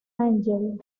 angel